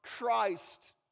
Christ